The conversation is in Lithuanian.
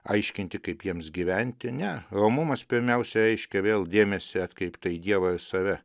aiškinti kaip jiems gyventi ne romumas pirmiausia reiškia vėl dėmesį atkreiptą į dievą ir save